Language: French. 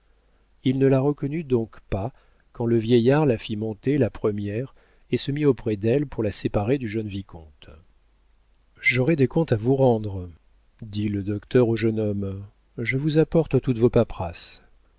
il ne la reconnut donc pas quand le vieillard la fit monter la première et se mit auprès d'elle pour la séparer du jeune vicomte j'aurai des comptes à vous rendre dit le docteur au jeune homme je vous apporte toutes vos paperasses